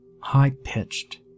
high-pitched